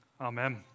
Amen